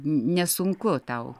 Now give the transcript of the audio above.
nesunku tau